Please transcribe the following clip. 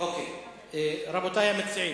רבותי המציעים,